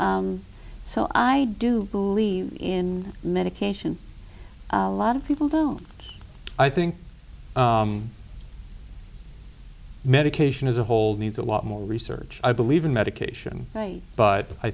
so i do believe in medication a lot of people don't i think medication as a whole needs a lot more research i believe in medication but i